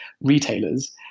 retailers